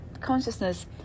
Consciousness